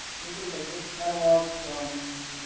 this is a vick's catalog from